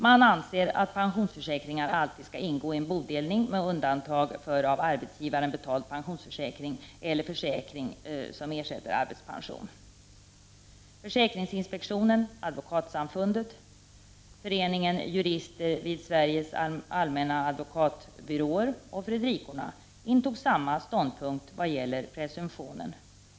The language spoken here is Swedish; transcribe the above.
Man anser att pensionsförsäkringar alltid skall ingå i en bodelning med undantag för av arbetsgivare betald pensionsförsäkring eller försäkring som ersätter arbetspension. Försäkringsinspektionen, Advokatsamfundet, Föreningen jurister vid Sveriges allmänna advokatbyråer och Fredrikorna intog samma ståndpunkt vad gäller presumptionen.